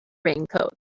raincoat